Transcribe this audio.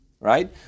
right